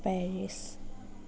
Paris